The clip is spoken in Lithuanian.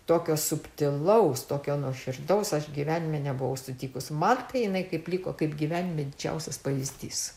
tokio subtilaus tokio nuoširdaus aš gyvenime nebuvau sutikus man tai jinai kaip liko kaip gyvenime didžiausias pavyzdys